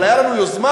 אבל הייתה לנו יוזמה,